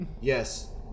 Yes